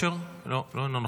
אינו נוכח,